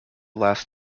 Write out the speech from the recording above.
last